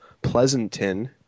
Pleasanton